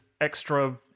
extra